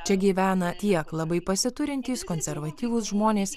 čia gyvena tiek labai pasiturintys konservatyvūs žmonės